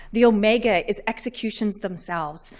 the omega, is executions themselves.